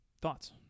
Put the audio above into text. thoughts